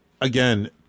again